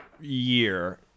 year